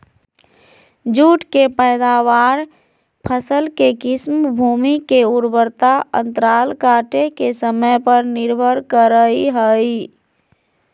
जुट के पैदावार, फसल के किस्म, भूमि के उर्वरता अंतराल काटे के समय पर निर्भर करई हई